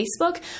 Facebook